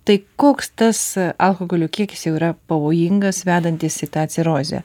tai koks tas alkoholio kiekis jau yra pavojingas vedantys į tą cirozę